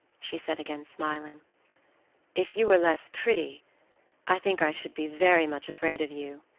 she said, again smiling if you were less pretty i think i should be very much afraid of you,